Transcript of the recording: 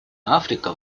африка